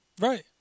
Right